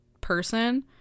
person